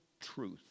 truth